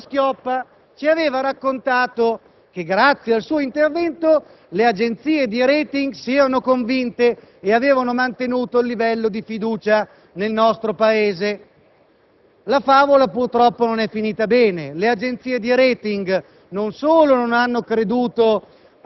le agenzie potrebbero abbassare il *rating*. Per fortuna, però, il tecnico Padoa-Schioppa ci aveva raccontato che, grazie al suo intervento, le agenzie di *rating* si erano convinte e avevano mantenuto il livello di fiducia nel nostro Paese.